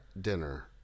dinner